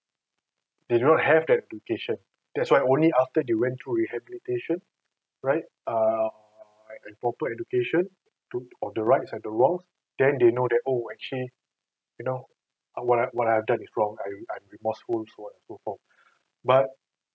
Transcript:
they do not have that education that's why only after they went through rehabilitation right err and proper education took or the right or the wrong then they know that oh actually you know what I've what I've done is wrong I'm I'm remorseful so I want to go home but